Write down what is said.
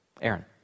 Aaron